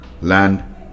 Land